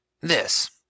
this